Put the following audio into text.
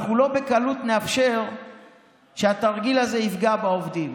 אנחנו לא בקלות נאפשר שהתרגיל הזה יפגע בעובדים,